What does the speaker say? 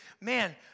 man